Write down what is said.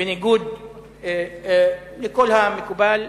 בניגוד לכל המקובל,